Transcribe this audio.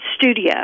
studio